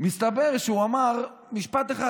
מסתבר שהוא אמר משפט אחד.